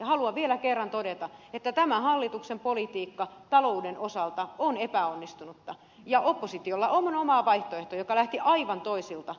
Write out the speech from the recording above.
haluan vielä kerran todeta että tämä hallituksen politiikka talouden osalta on epäonnistunutta ja oppositiolla on oma vaihtoehto joka lähti aivan toisilta perusteilta